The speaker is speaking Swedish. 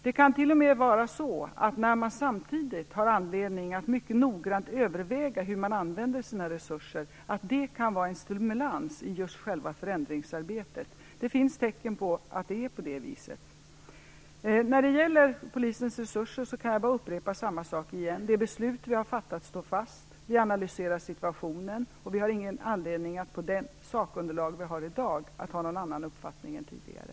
Det kan t.o.m. vara en stimulans i själva förändringsarbetet att samtidigt ha anledning att mycket noggrant överväga hur man använder sina resurser. Det finns tecken på att det är på det viset. När det gäller Polisens resurser kan jag bara upprepa samma sak igen. De beslut vi har fattat står fast. Vi analyserar situationen, och vi har ingen anledning med det sakunderlag vi har i dag att ha någon annan uppfattning än tidigare.